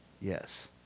Yes